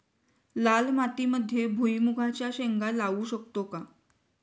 लाल मातीमध्ये भुईमुगाच्या शेंगा लावू शकतो का?